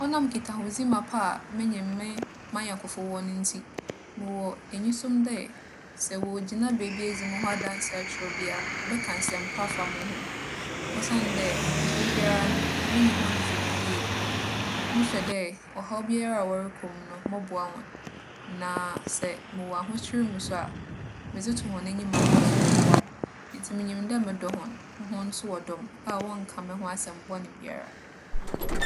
ͻnam nkitahodzi mapa a menye me - m'anyɛnkofo wͻ no ntsi, mowͻ enyisom dɛ sɛ worigyina beebi edzi mo ho adanse akyerɛ obi a, wͻbɛka asɛmpa afa mo ho, osiandɛ berbiara no, menye hͻn dzi no yie. Mohwɛ dɛ ͻhaw biara a wͻrokͻ mu no, mͻboa hͻn. Na sɛ mowͻ ahokyer mu so a, medze to hͻn enyim a hͻn so wͻboa me. Ntsi minyim dɛ modͻ hͻn, hͻn so wͻdͻ me a wͻnnka mo ho asɛm bͻne biara.